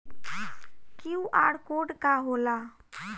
QR code का होला?